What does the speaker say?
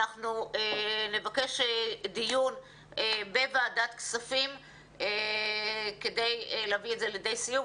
אנחנו נבקש דיון בוועדת כספים כדי להביא את זה לידי סיום,